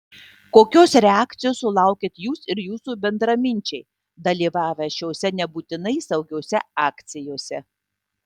kokios reakcijos sulaukėt jūs ir jūsų bendraminčiai dalyvavę šiose nebūtinai saugiose akcijose